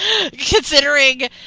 Considering